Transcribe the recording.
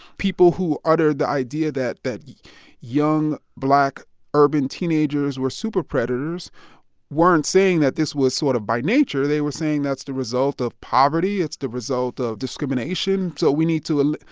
people who uttered the idea that that young black urban teenagers were super predators weren't saying that this was sort of by nature. they were saying that's the result of poverty. it's the result of discrimination. so we need to,